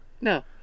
No